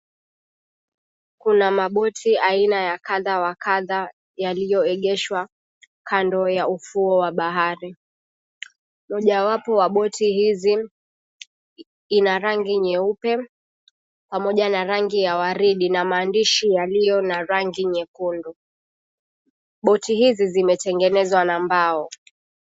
Kuna maboti aina ya kadha wa kadha yaliyoegeshwa kando ya ufuo wa bahari. Mojawapo wa boti hizi ina rangi nyeupe pamoja na rangi ya waridi, na maandishi yaliyo na rangi nyekundu. Boti hizi zimetengenezwa na mbao.